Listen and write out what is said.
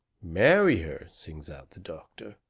marry her! sings out the doctor,